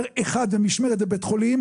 מה המטרה של המאבטחים בבית החולים